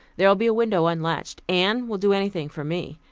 there'll be a window unlatched. ann will do anything for me.